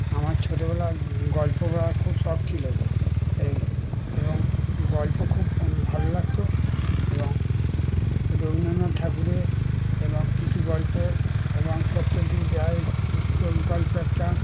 আমার ছোটবেলায় গল্প পড়ার খুব শখ ছিল সেই এবং গল্প খুব ভালো লাগত এবং রবীন্দ্রনাথ ঠাকুরের এবং কিছু গল্প এবং সত্যজিৎ রায়য়ের কিছু গল্প একটা